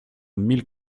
mille